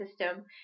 system